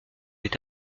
est